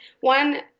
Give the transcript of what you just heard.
one